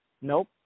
Nope